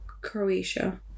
Croatia